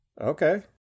okay